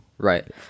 Right